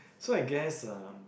so I guess um